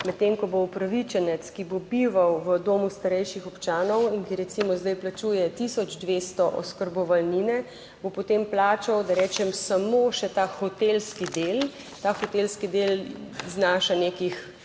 medtem ko bo upravičenec, ki bo bival v domu starejših občanov in ki recimo zdaj plačuje 1200 oskrbovalnine, bo potem plačal, da rečem samo še ta hotelski del. Ta hotelski del znaša nekih,